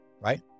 right